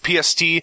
PST